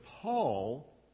Paul